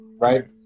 Right